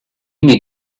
need